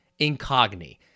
Incogni